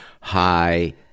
high